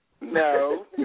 No